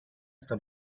esta